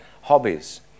hobbies